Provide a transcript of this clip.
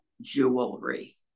Jewelry